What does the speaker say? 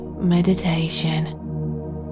meditation